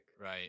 right